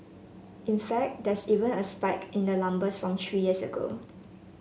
in fact there's even a spike in the numbers from three years ago